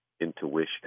intuition